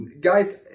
Guys